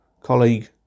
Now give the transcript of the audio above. colleague